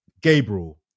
Gabriel